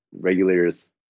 regulators